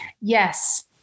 Yes